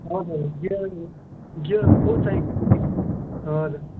हजुर gear gear भएको चाहिन्छ कि हजुर